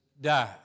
die